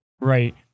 right